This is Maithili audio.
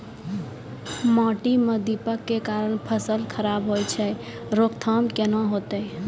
माटी म दीमक के कारण फसल खराब होय छै, रोकथाम केना होतै?